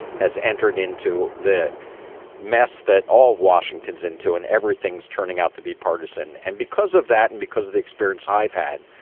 has entered into that mess that all of washington's into and everything's turning out to be partisan. and because of that and because of the experience i've had,